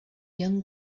young